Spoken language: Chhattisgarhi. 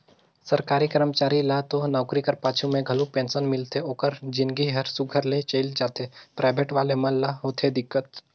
सरकारी करमचारी ल तो नउकरी कर पाछू में घलो पेंसन मिलथे ओकर जिनगी हर सुग्घर ले चइल जाथे पराइबेट वाले मन ल होथे दिक्कत